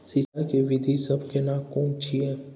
सिंचाई के विधी सब केना कोन छिये?